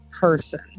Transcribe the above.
person